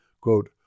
Quote